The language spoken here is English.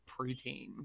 preteen